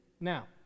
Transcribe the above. Now